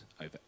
over